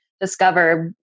discover